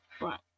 Right